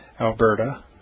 Alberta